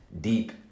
deep